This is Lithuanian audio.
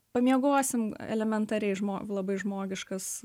pamiegosim elementariai žmo labai žmogiškas